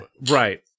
right